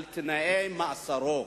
לבדוק את תנאי מאסרו,